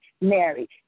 married